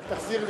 בבקשה.